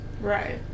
Right